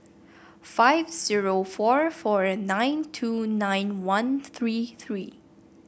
five zero four four nine two nine one three three